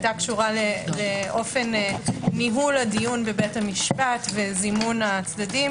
הייתה קשורה לאופן ניהול הדיון בבית המשפט וזימון הצדדים.